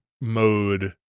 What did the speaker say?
mode